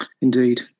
Indeed